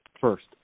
First